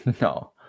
No